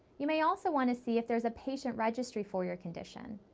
you may also want to see if there's a patient registry for your condition.